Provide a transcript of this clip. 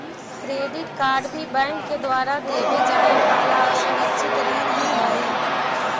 credit card भी bank के द्वारा देवे जाए वाला असुरक्षित ऋण ही हइ